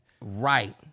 Right